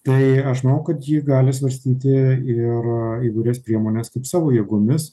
tai aš manau kad ji gali svarstyti ir įvairias priemones kaip savo jėgomis